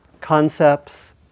concepts